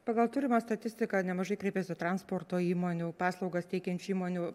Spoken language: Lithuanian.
pagal turimą statistiką nemažai kreipėsi transporto įmonių paslaugas teikiančių įmonių